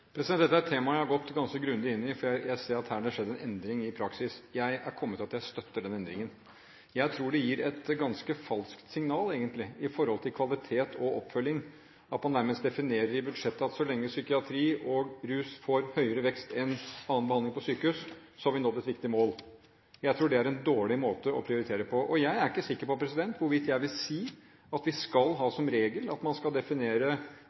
Dette er et tema jeg har gått ganske grundig inn i, for jeg ser at det her har skjedd en endring i praksis. Jeg er kommet til at jeg støtter den endringen. Jeg tror det gir et ganske falskt signal, egentlig, når det gjelder kvalitet og oppfølging, at man nærmest definerer i budsjettet at så lenge behandling innen psykiatri og rus får høyere vekst enn annen behandling på sykehus, har vi nådd et viktig mål. Jeg tror det er en dårlig måte å prioritere på, og jeg er ikke sikker på hvorvidt jeg vil si at vi skal ha som regel at man skal